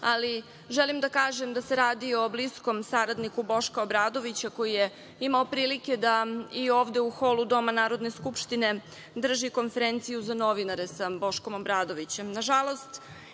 ali želim da kažem da se radi o bliskom saradniku Boška Obradovića, koji je imao prilike da i ovde u holu Doma Narodne skupštine drži konferenciju za novinare sa Boškom Obradovićem.